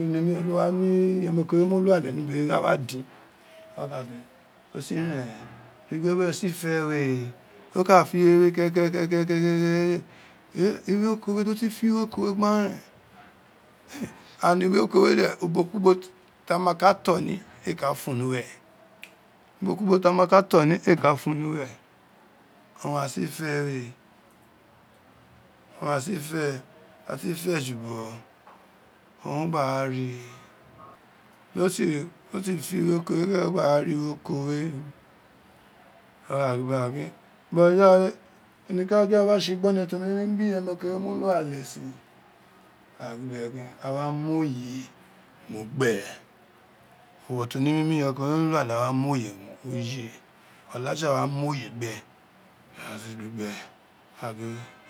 Omere mi we dowa mu iyeme ko we inu lu ale ni ubo we a wa din aka gin nesin re ne iwe we osi fe we, o ka fe iwe we kékéké e inọ ikọ we do gi fe iwe oko gba ren and iwe oko we de ubokiubu ti a ka to ni éé ka fua ni uwere, ubo ki bo ta ma ka to ni éé ka fun ni uwere owun a son fe we owun a si fi a si fe jubugho owun o gba a ri di o si fe iwe we aka gin gba gha gin boja we niko a gin awa tse gboné te wmi gbe iyemen kọ we mu lu ale a mu oye gbe. o ka gin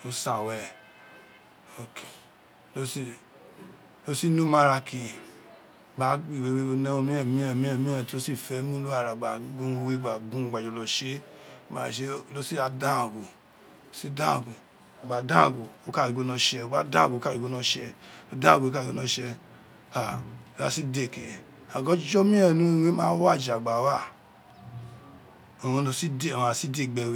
o sin were do si numuara ke gba gba iwe we one urun niren miren to si fe mu lu ara gba gun urun we gba jọlọ gun, gba tse dọ si ra dagho gbe dangho o ka ri gin o wino tse. o gba dangho o gba ri gin o winọ tse. o dangho dangho o ni gin a dasi de ki a gin ọbọ miren urun wi wa wu ajo gba wa owun a si gbe,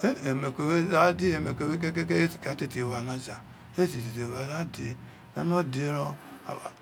iyemeriko we da de iyemeeiko kékéké éé si ka tete wa ni aga a de a nọ de ren o